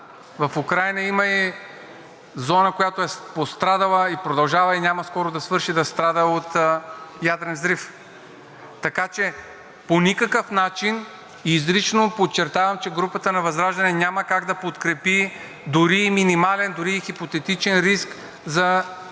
в Украйна има и зона, пострадала, продължава и няма скоро да свърши да страда от ядрен взрив. Така че по никакъв начин – изрично подчертавам! – групата на ВЪЗРАЖДАНЕ няма как да подкрепи дори и минимален, дори и хипотетичен риск за нашата